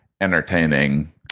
entertaining